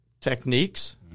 techniques